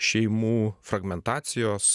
šeimų fragmentacijos